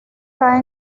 cae